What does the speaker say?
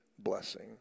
blessing